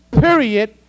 period